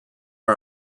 are